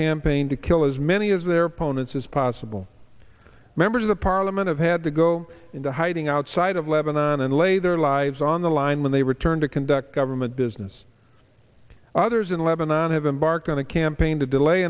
campaign to kill as many of their opponents as possible members of the parliament of had to go into hiding outside of lebanon and lay their lives on the line when they return to conduct government business others in lebanon have embarked on a campaign to delay